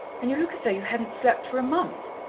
and you look as though you hadn't slept for a month.